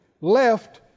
left